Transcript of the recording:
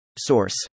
Source